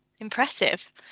impressive